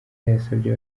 yasabye